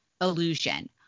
illusion